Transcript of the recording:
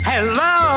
Hello